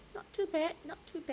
not too bad not too bad